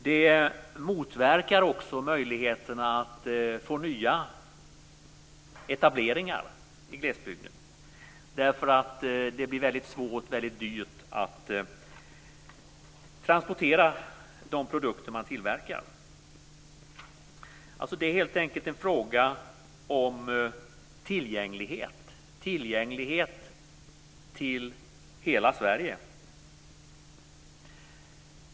Det motverkar också möjligheterna att få nya etableringar i glesbygden därför att det blir mycket svårt och dyrt att transportera de produkter som tillverkas. Det är helt enkelt fråga om tillgänglighet, och det gäller då hela Sverige.